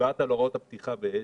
הוראות הפתיחה באש